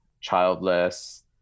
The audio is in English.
childless